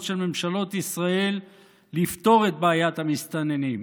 של ממשלות ישראל לפתור את בעיית המסתננים.